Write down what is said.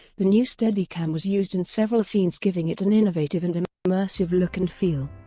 the new steadicam was used in several scenes giving it an innovative and and immersive look and feel.